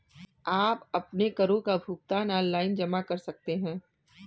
आप अपने करों का भुगतान ऑनलाइन जमा कर सकते हैं